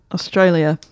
Australia